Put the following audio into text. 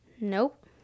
Nope